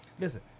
Listen